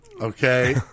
okay